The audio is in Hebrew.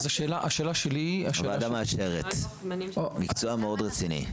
הוועדה מאשרת, מקצוע מאוד רציני.